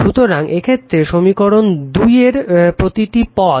সুতরাং এক্ষেত্রে সমীকরণ 2 এর প্রতিটি পদ